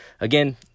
again